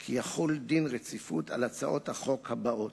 כי יחול דין רציפות על הצעות החוק הבאות: